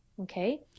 Okay